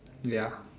ya